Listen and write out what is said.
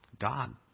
God